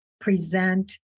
present